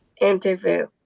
interview